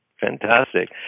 Fantastic